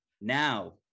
now